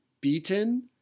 beaten